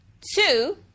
Two